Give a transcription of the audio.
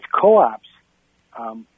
co-ops